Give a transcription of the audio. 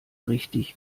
richtig